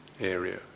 area